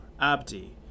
Abdi